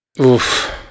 oof